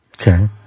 Okay